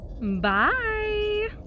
Bye